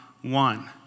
one